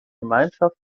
gemeinschaft